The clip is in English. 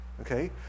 Okay